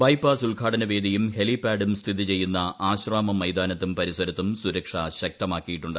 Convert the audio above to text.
bypass ഉദ്ഘാടന വേദിയും ഹെലിപാഡും സ്ഥിതി ചെയ്യുന്ന ആശ്രാമം മൈതാനത്തും പരിസരത്തും സുരക്ഷ ശക്തമാക്കിയിട്ടുണ്ട്